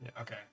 Okay